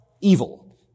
Evil